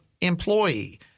employee